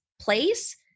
place